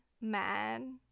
man